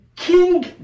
King